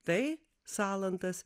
tai salantas